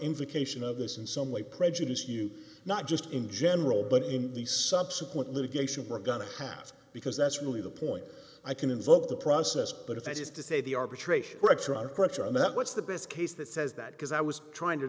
invocation of this in some way prejudice you not just in general but in these subsequent litigation we're gonna pass because that's really the point i can invoke the process but if that is to say the arbitration or extra pressure on that what's the best case that says that because i was trying to